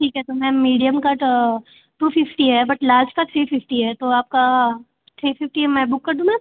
ठीक है तो मैम मीडियम का तो टू फ़िफ्टी है बट लार्ज का थ्री फ़िफ्टी है तो आपका थ्री फ़िफ्टी मैं बुक कर दूँ मैम